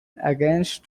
against